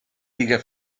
liga